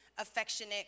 affectionate